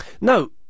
No